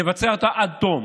נבצע אותה עד תום